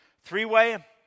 Three-way